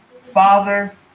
father